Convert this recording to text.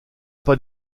pas